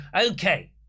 Okay